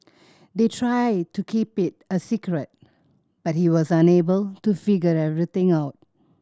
they tried to keep it a secret but he was unable to figure everything out